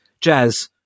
jazz